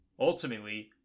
Ultimately